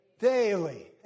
Daily